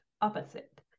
opposite